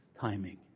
timing